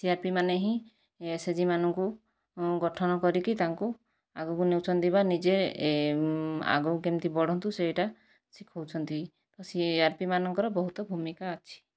ସିଆର୍ପିମାନେ ହିଁ ଏସ୍ଏଚ୍ଜିମାନଙ୍କୁ ଗଠନ କରିକି ତାଙ୍କୁ ଆଗକୁ ନେଉଛନ୍ତି ବା ନିଜେ ଆଗକୁ କେମିତି ବଢ଼ନ୍ତୁ ସେଇଟା ଶିଖାଉଛନ୍ତି ତ ସିଆର୍ପିମାନଙ୍କର ବହୁତ ଭୂମିକା ଅଛି